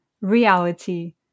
reality